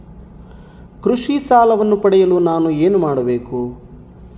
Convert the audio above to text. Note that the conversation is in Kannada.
ಕೃಷಿ ಸಾಲವನ್ನು ಪಡೆಯಲು ನಾನು ಏನು ಮಾಡಬೇಕು?